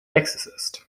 exorcist